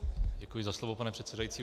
Děkuji za slovo, pane předsedající.